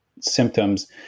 symptoms